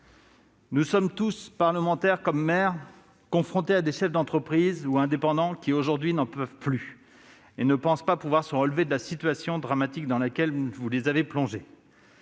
Nous sommes tous, parlementaires comme maires, confrontés à des chefs d'entreprise ou à des indépendants qui aujourd'hui n'en peuvent plus, et ne pensent pas pouvoir se relever de la situation dramatique dans laquelle vous les avez plongés.